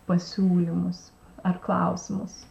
pasiūlymus ar klausimus